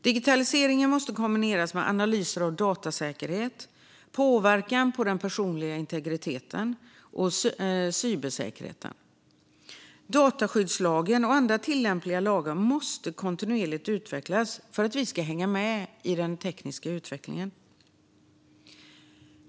Digitaliseringen måste kombineras med analyser av datasäkerhet och påverkan på den personliga integriteten och cybersäkerheten. Dataskyddslagen och andra tillämpliga lagar måste kontinuerligt utvecklas för att vi ska hänga med i den tekniska utvecklingen.